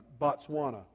Botswana